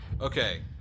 Okay